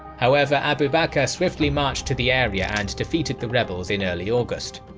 however, abu bakr swiftly marched to the area and defeated the rebels in early august.